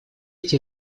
эти